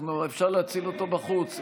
אפשר להציל אותו בחוץ,